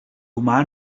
humà